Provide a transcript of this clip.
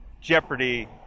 Jeopardy